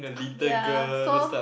ya so